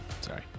Sorry